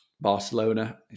Barcelona